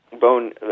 Bone